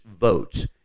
votes